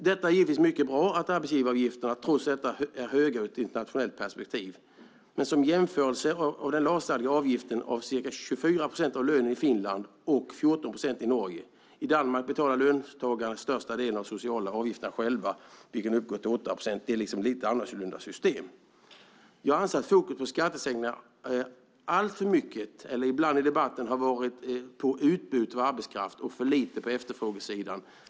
Detta är givetvis mycket bra, men arbetsgivaravgifterna är trots detta höga ur ett internationellt perspektiv. Som jämförelse kan man framhålla att den lagstadgade avgiften i Finland är ca 24 procent av lönen och 14 procent i Norge. I Danmark betalar löntagarna den största delen av de sociala avgifterna själva, vilka uppgår till 8 procent. Det är ett lite annorlunda system. Jag anser att fokus i debatten om skattesänkningar ibland alltför mycket har varit på utbudet av arbetskraft och för lite på efterfrågesidan.